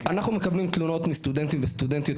אנחנו מקבלים תלונות מסטודנטים וסטודנטיות,